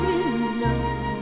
enough